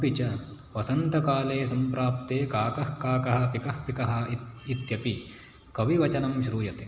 अपि च वसन्तकाले सम्प्राप्ते काकः काकः पिकः पिकः इत्यपि कविवचनं श्रूयते